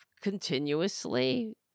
continuously